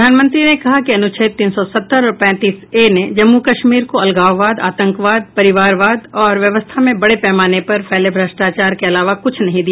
प्रधानमंत्री ने कहा कि अनुच्छेद तीन सौ सत्तर और पैंतीस ए ने जम्मू कश्मीर को अलगाववाद आतंकवाद परिवारवाद और व्यवस्था में बड़े पैमाने पर फैले भ्रष्टाचार के अलावा कुछ नहीं दिया